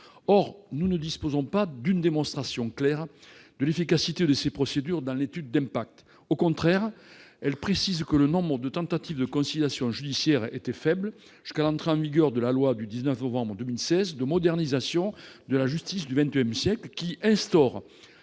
Or nous ne disposons pas d'une démonstration claire de l'efficacité de ces procédures dans l'étude d'impact. Au contraire, celle-ci précise que le nombre de tentatives de conciliation judiciaire était faible jusqu'à l'entrée en vigueur de la loi du 19 novembre 2016 de modernisation de la justice du 21siècle, dite